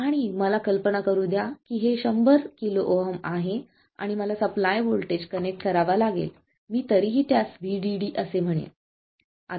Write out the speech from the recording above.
आणि मला कल्पना करू द्या की हे 100 KΩ आहे आणि मला सप्लाय व्होल्टेज कनेक्ट करावा लागेल मी तरीही त्यास VDD असे म्हणेल